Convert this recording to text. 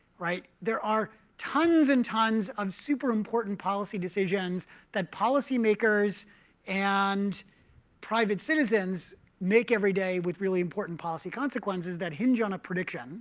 there are tons and tons of super important policy decisions that policymakers and private citizens make every day with really important policy consequences that hinge on a prediction